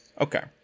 okay